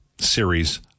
series